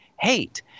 hate